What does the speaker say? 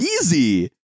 easy